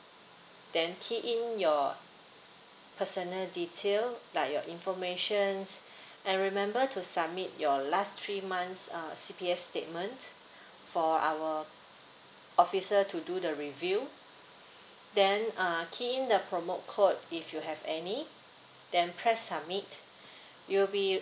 then key in your personal detail like your information and remember to submit your last three months uh C_P_F statement for our officer to do the review then uh key in the promo code if you have any then press submit you'll be